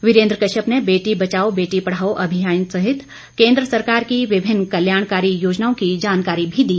वीरेन्द्र कश्यप ने बेटी बचाओ बेटी पढ़ाओ अभियान सहित केन्द्र सरकार की विभिन्न कल्याणकारी योजनाओं की जानकारी भी दी